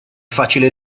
facile